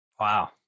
Wow